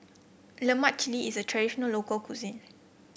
lemak cili is a traditional local cuisine